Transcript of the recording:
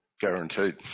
guaranteed